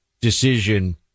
Decision